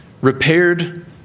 repaired